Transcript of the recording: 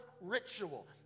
ritual